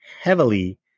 heavily